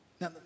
Now